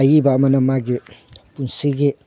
ꯑꯏꯕ ꯑꯃꯅ ꯃꯥꯒꯤ ꯄꯨꯟꯁꯤꯒꯤ